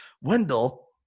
Wendell